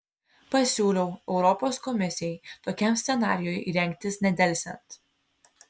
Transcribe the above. pasiūliau europos komisijai tokiam scenarijui rengtis nedelsiant